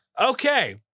okay